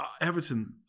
Everton